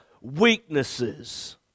weaknesses